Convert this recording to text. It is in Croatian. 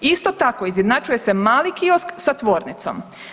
Isto tako, izjednačuje se mali kiosk sa tvornicom.